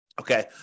okay